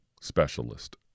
specialist